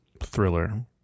Thriller